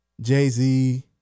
Jay-Z